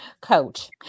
Coach